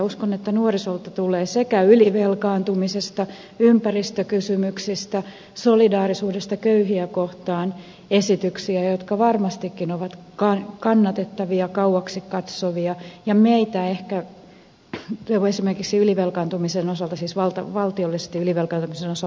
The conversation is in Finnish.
uskon että nuorisolta tulee sekä ylivelkaantumisesta ympäristökysymyksistä että solidaarisuudesta köyhiä kohtaan esityksiä jotka varmastikin ovat kannatettavia kauaksi katsovia ja meitä ehkä esimerkiksi valtiollisen ylivelkaantumisen osalta siis valta valtiollistilivelkaa sen osa